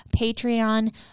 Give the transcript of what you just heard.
Patreon